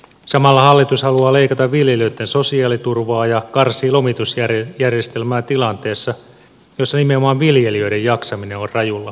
samalla hallitus haluaa leikata viljelijöitten sosiaaliturvaa ja karsii lomitusjärjestelmää tilanteessa jossa nimenomaan viljelijöiden jaksaminen on rajulla koetuksella